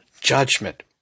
judgment